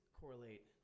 correlate